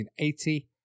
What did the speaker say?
1980